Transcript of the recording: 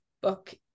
book